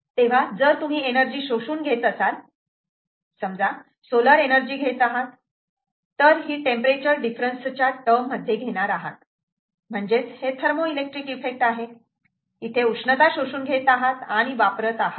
तेव्हा जर तुम्ही एनर्जी शोषून घेत असाल समजा सोलर एनर्जी घेत आहात तर ही टेंपरेचर डिफरन्स च्या टर्म मध्ये घेणार आहात म्हणजेच हे थर्मो इलेक्ट्रिक इफेक्ट आहे इथे उष्णता शोषून घेत आहात आणि वापरत आहात